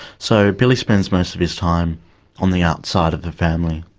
so billy spends most of his time on the outside of the family,